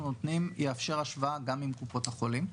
נותנים יאפשר השוואה גם עם קופות החולים,